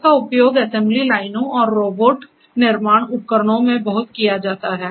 इसका उपयोग असेंबली लाइनों और रोबोट निर्माण उपकरणों में बहुत किया जाता है